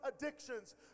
addictions